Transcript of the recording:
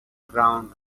ground